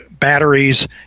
batteries